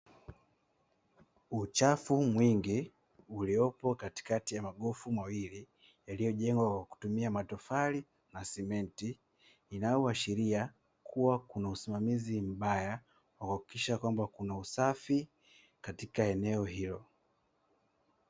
Uchafu mwingi uliyopo katikati ya magofu mawili, yaliyojengwa kwa kutumia matofali na simenti, inayoashiria kuwa kuna usimamizi mbaya wa kuhakikisha kwamba kuna usafi katika eneo hilo.